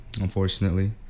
unfortunately